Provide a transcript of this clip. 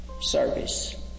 service